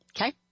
Okay